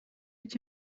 dat